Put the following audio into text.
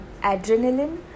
adrenaline